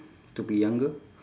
to be younger